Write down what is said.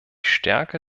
stärke